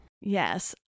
Yes